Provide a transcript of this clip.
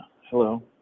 Hello